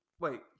Wait